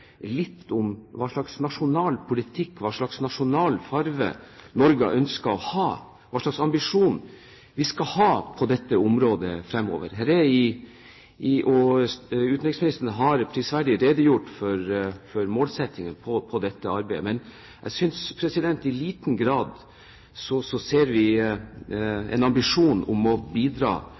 litt hva slags nasjonal politikk, hva slags nasjonal farge, Norge har ønsket å ha, hva slags ambisjon vi skal ha på dette området fremover. Utenriksministeren har prisverdig redegjort for målsettingen for dette arbeidet, men jeg synes at vi i liten grad ser en ambisjon om å bidra